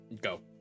Go